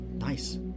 Nice